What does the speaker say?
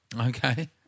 Okay